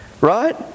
right